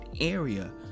area